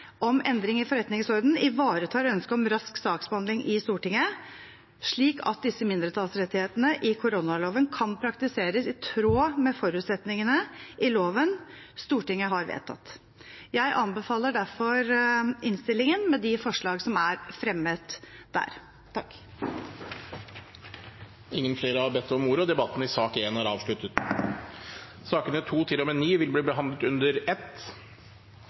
om endring i forretningsordenen ivaretar ønsket om rask saksbehandling i Stortinget, slik at disse mindretallsrettighetene i koronaloven kan praktiseres i tråd med forutsetningene i loven Stortinget har vedtatt. Jeg anbefaler derfor innstillingen med de forslag som er fremmet der. Flere har ikke bedt om ordet til sak nr. 1. Sakene nr. 2–9 vil bli behandlet under ett.